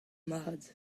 mat